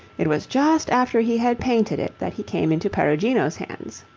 it was just after he had painted it that he came into perugino's hands.